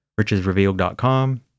richesrevealed.com